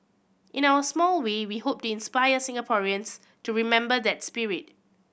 in our small way we hope to inspire Singaporeans to remember that spirit